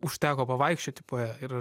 užteko pavaikščioti po ją ir